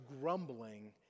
grumbling